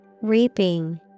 Reaping